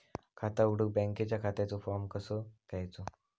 खाता उघडुक बँकेच्या खात्याचो फार्म कसो घ्यायचो?